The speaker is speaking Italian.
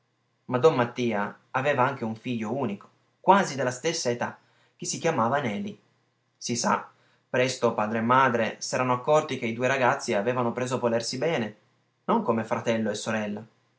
don matria aveva anche un figlio unico quasi della stessa età che si chiamava neli si sa presto padre e madre s'erano accorti che i due ragazzi avevano preso a volersi bene non come fratello e sorella